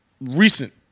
recent